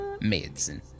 Medicine